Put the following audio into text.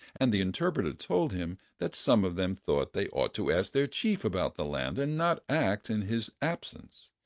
and the interpreter told him that some of them thought they ought to ask their chief about the land and not act in his absence,